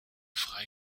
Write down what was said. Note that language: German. frei